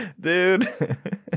Dude